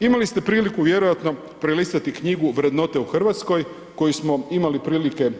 Imali ste priliku vjerojatno prelistati knjigu Vrednote u Hrvatskoj, koju smo imali prilike